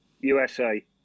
USA